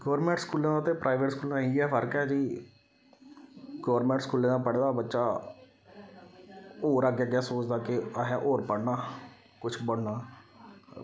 government स्कूला दा ते प्राईवेट स्कूलें दा इ'यै फर्क ऐ जी गौरमेंट स्कूलें दा पढ़े दा बच्चा होर अग्गें अग्गें सोचदा कि असें होर पढ़ना कुछ बनना